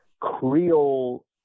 Creole